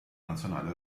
nazionale